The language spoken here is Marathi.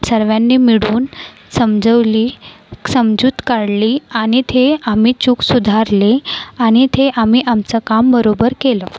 सर्वांनी मिळून समजावली समजूत काढली आणि ते आम्ही चूक सुधारली आणि ते आम्ही आमचं काम बरोबर केलं